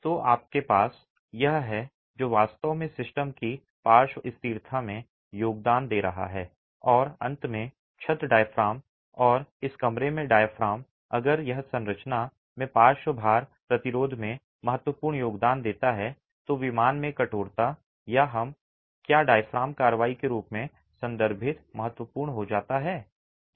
तो आपके पास यह है जो वास्तव में सिस्टम की पार्श्व स्थिरता में योगदान दे रहा है और अंत में छत डायाफ्राम और इस कमरे में डायाफ्राम अगर यह संरचना में पार्श्व भार प्रतिरोध में महत्वपूर्ण योगदान देता है तो विमान में कठोरता या हम क्या डायाफ्राम कार्रवाई के रूप में संदर्भित महत्वपूर्ण हो जाता है